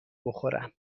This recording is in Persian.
بخورم